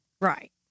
Right